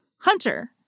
Hunter